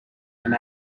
and